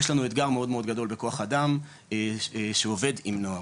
יש לנו אתגר מאוד מאוד גדול בכוח האדם שעובד עם נוער,